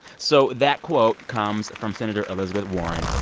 so that quote comes from senator elizabeth warren.